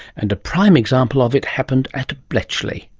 and a prime example of it happened at bletchley.